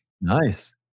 Nice